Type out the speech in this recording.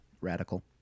Radical